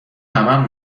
همه